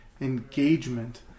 engagement